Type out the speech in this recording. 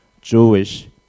Jewish